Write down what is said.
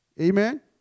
Amen